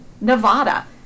Nevada